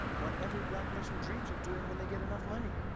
what every black person dreams of doing when they get enough money.